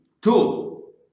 Two